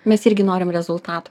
mes irgi norim rezultatų